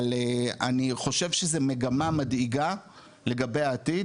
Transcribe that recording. אבל אני חושב שזה מגמה מדאיגה לגבי העתיד,